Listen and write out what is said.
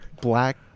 black